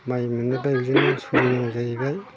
माइ मोनोब्ला इजोंनो सोलिनांगौ जाहैबाय